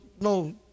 no